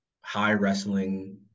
high-wrestling